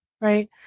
right